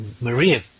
Maria